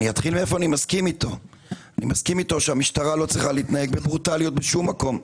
אני מסכים אתו שהמשטרה לא צריכה להתנהג בברוטליות בשום מקום,